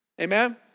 Amen